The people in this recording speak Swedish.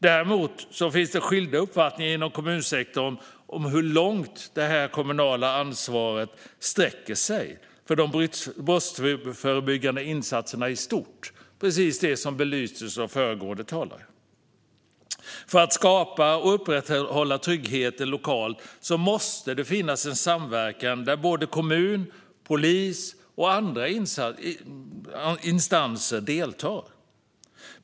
Däremot finns det skilda uppfattningar inom kommunsektorn om hur långt detta kommunala ansvar sträcker sig när det gäller de brottsförebyggande insatserna i stort - precis det som belystes av föregående talare. För att skapa och upprätthålla tryggheten lokalt måste det finnas en samverkan där kommun, polis och andra instanser deltar.